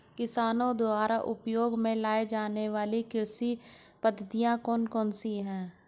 किसानों द्वारा उपयोग में लाई जाने वाली कृषि पद्धतियाँ कौन कौन सी हैं?